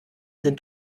sind